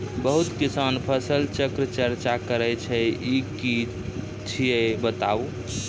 बहुत किसान फसल चक्रक चर्चा करै छै ई की छियै बताऊ?